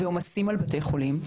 עם עומסים על בתי חולים,